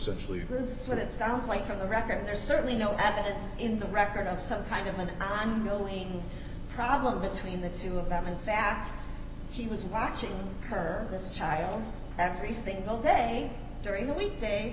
loses what it sounds like from the record there's certainly no evidence in the record of some kind of an eye knowing problem between the two of them in fact he was watching her this child every single day during the week